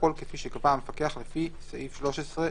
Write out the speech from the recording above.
הכול כפי שקבע המפקח לפי סעיף 13 לחוק.